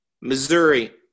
Missouri